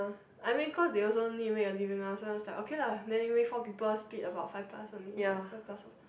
I mean cause they also need make a living lah so it is like okay lah then we wait four people split about five plus only lah five plus